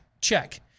Check